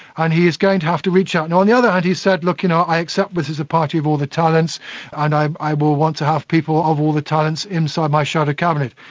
and he is going to have to reach out. and on the other hand he said, look, you know i accept this is a party of all the talents and i i will want to have people of all the talents inside my shadow cabinet.